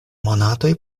monatoj